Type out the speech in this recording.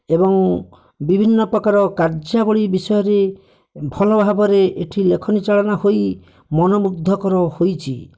ଏବଂ ବିଭିନ୍ନ ପକାର କାର୍ଯ୍ୟାବଳି ବିଷୟରେ ଭଲ ଭାବରେ ଏଠି ଲେଖନୀ ଚାଳନା ହୋଇ ମନ ମୁଗ୍ଧକର ହୋଇଛି